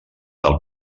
del